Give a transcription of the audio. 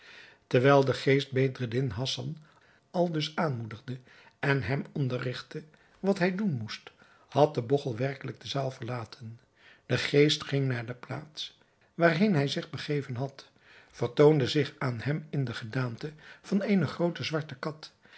terwijl de geest bedreddin hassan aldus aanmoedigde en hem onderrigtte wat hij doen moest had de bogchel werkelijk de zaal verlaten de geest ging naar de plaats waar heen hij zich begeven had vertoonde zich aan hem in de gedaante van eene groote zwarte kat